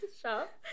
shop